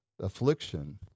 Affliction